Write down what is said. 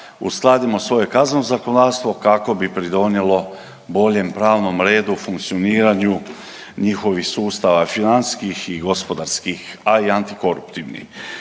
uskladimo svoje kazneno zakonodavstvo kako bi pridonijelo boljem pravnom redu, funkcioniranju njihovih sustava financijskih i gospodarskih, a i antikoruptivnih.